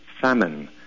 famine